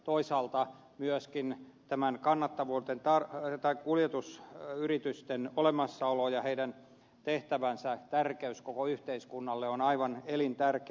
toisaalta myöskin tämän kannattavuuteen tarkalleen tai kuljetus ja kuljetusyritysten olemassaolo ja heidän tehtävänsä on koko yhteiskunnalle aivan elintärkeä